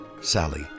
Sally